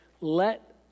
let